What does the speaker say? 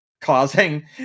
causing